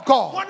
God